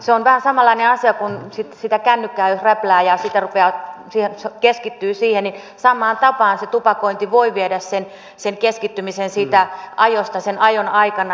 se on vähän samanlainen asia kuin jos sitä kännykkää räplää ja keskittyy siihen samaan tapaan se tupakointi voi viedä sen keskittymisen siitä ajosta sen ajon aikana